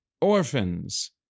Orphans